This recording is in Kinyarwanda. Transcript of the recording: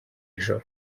joro